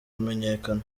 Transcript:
kumenyakana